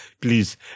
Please